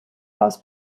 aus